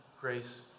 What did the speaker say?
grace